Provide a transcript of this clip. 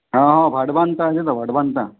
হ্যাঁ হ্যাঁ আছে না